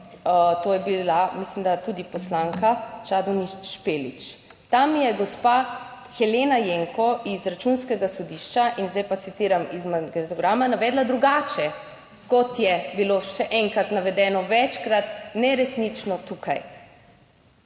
to je bila mislim, da tudi poslanka Čadonič Špelič, tam je gospa Helena Jenko iz Računskega sodišča in zdaj pa citiram iz magnetograma navedla drugače, kot je bilo še enkrat navedeno, večkrat neresnično tukaj.